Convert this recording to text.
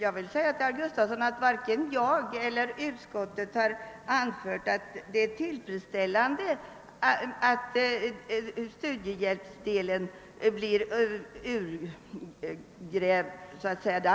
Herr talman! Varken jag eller utskottet har anfört att det är tillfredsställande att studiehjälpsdelen minskat i värde.